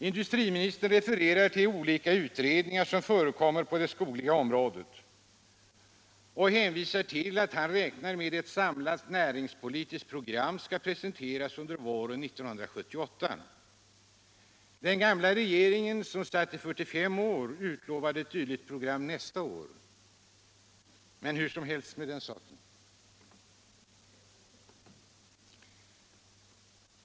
Industriministern refererar till de olika utredningar som förekommer på det skogliga området och räknar med att ett samlat närinspolitiskt program skall presenteras under våren 1978. Den gamla regeringen, som suttit i 45 år, utlovade ett sådant program nästa år. Men hur som helst med den saken.